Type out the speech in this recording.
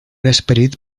esperit